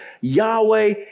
Yahweh